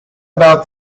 about